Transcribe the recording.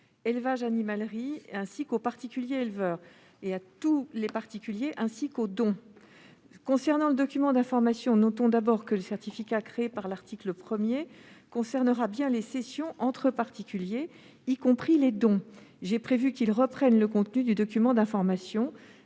élevage, animalerie ou par des particuliers éleveurs, à tous les particuliers et aux dons. S'agissant du document d'information, notons tout d'abord que le certificat créé par l'article 1 concernera bien les cessions entre particuliers, y compris les dons. J'ai prévu qu'il reprenne le contenu du document d'information